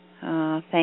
Thank